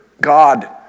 God